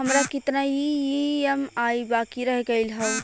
हमार कितना ई ई.एम.आई बाकी रह गइल हौ?